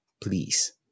please